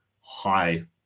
high